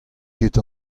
ket